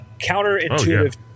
counterintuitive